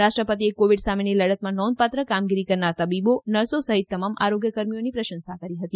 રાષ્ટ્રપતિએ કોવિડ સામેની લડતમાં નોંધપાત્ર કામગીરી કરનાર તબીબો નર્સો સહિત તમામ આરોગ્ય કર્મીઓની પ્રશંસા કરી હતી